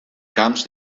camps